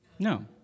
No